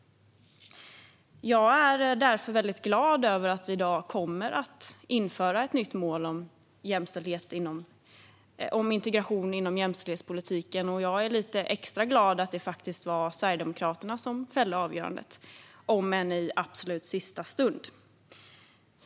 Jag är därför väldigt glad över att vi i dag kommer att införa ett nytt mål om integration inom jämställdhetspolitiken. Jag är lite extra glad över att det var Sverigedemokraterna som fällde avgörandet, om än i absolut sista stund.